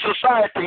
society